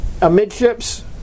amidships